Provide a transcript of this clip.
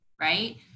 right